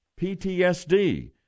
PTSD